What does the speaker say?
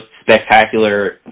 spectacular